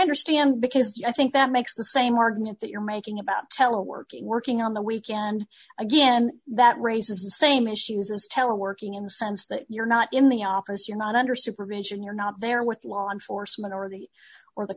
understand because i think that makes the same argument that you're making about teleworking working on the weekend again that raises the same issues as teleworking in the sense that you're not in the office you're not under supervision you're not there with law enforcement already or the